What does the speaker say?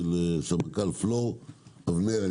סמנכ"ל פלור אבנר.